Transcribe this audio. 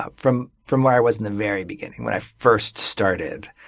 ah from from where i was in the very beginning when i first started.